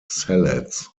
salads